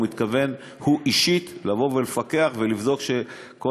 הוא מתכוון לפקח אישית ולבדוק שכל